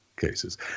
cases